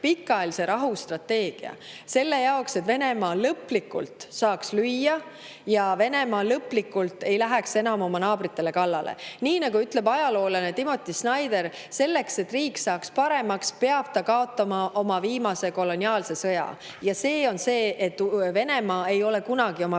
pikaajalise rahu strateegia selle jaoks, et Venemaa saaks lõplikult lüüa ja Venemaa lõplikult ei läheks enam oma naabritele kallale. Nagu ütleb ajaloolane Timothy Snyder: "Selleks et riik saaks paremaks, peab ta kaotama oma viimase koloniaalse sõja." Ja [asi] on selles, et Venemaa ei ole kunagi oma